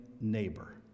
neighbor